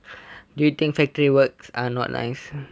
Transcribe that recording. do you think factory works are not nice